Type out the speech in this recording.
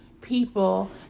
people